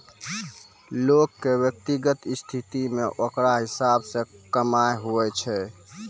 लोग के व्यक्तिगत स्थिति मे ओकरा हिसाब से कमाय हुवै छै